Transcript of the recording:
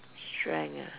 strength ah